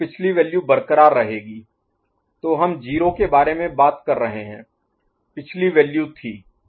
तो पिछली वैल्यू बरक़रार रहेगी तो हम 0 के बारे में बात कर रहे हैं पिछली वैल्यू 0 थी और अगली वैल्यू भी 0 है